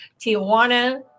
Tijuana